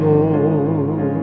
Lord